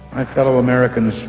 my fellow americans,